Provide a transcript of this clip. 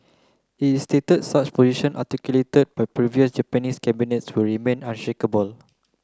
it stated that such position articulated by previous Japanese cabinets will remain unshakeable